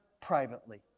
privately